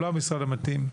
הוא לא המשרד המתאים,